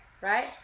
right